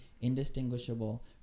indistinguishable